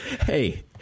hey